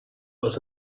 was